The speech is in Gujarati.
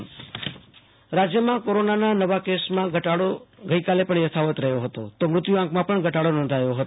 આશુતોષ અંતાણી કોરોના રાજ્ય રાજ્યમાં કોરોનાના નવા કેસોમાં ધટાડો ગઈકાલે પણ યથાવત રહ્યો હતોતો મૃત્યુ આંકમાં પણ ધટાડી નોધાયો છે